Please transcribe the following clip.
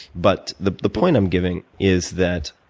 but the the point i'm giving is that